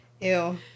Ew